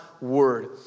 word